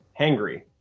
Hangry